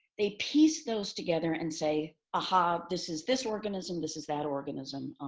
they piece those together and say, aha, this is this organism, this is that organism,